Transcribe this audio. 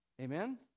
Amen